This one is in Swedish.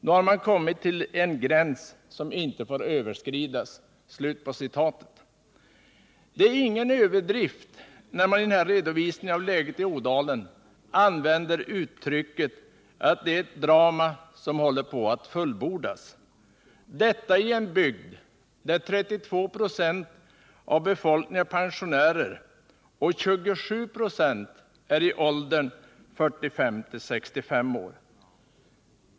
Nu har man kommit till en gräns som inte får överskridas.” Det är ingen överdrift när man i denna redovisning av läget i Ådalen använder uttrycket, att det är ett drama som håller på att fullbordas. Detta i en bygd där 32 26 av befolkningen är pensionärer och 27 ?6 är i åldern 45-65 år.